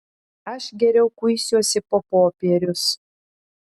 aš geriau kuisiuosi po popierius